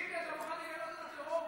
טיבי, אתה מוכן לגנות את הטרור?